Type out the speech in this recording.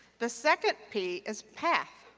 the second p is path,